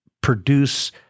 produce